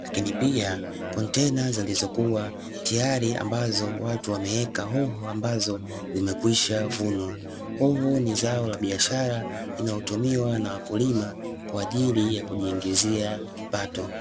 lakini pia kontena zilizokuwa tiyari ambazo watu wameweka hoho ambazo zimekwisha vunwa. Hoho ni zao la biahara linalotumiwa na wakulima kwa ajili ya kujiingizia kipato.